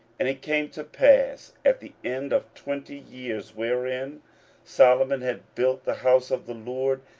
and it came to pass at the end of twenty years, wherein solomon had built the house of the lord,